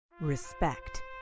Respect